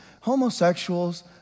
homosexuals